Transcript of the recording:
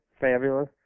fabulous